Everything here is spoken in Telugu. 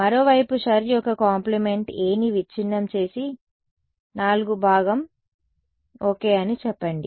మరోవైపు షుర్ యొక్క కాంప్లిమెంట్ A ని విచ్ఛిన్నం చేసి 4 భాగం ఓకే అని చెప్పండి